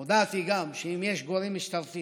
גם הודעתי שאם יש גורם משטרתי